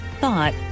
thought